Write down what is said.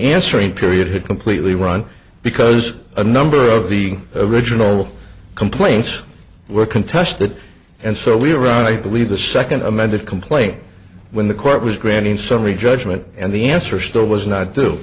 answering period had completely run because a number of the original complaints were contested and so we around i believe the second amended complaint when the court was granted summary judgment and the answer still was not d